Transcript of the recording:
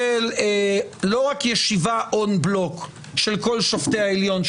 לא רק ישיבה און בלוק של כל שופטי העליון,